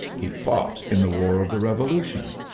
he fought in the war of the revolution.